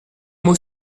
mots